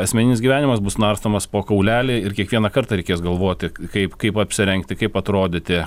asmeninis gyvenimas bus narstomas po kaulelį ir kiekvieną kartą reikės galvoti kaip kaip apsirengti kaip atrodyti